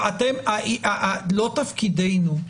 לא תפקידנו,